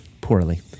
Poorly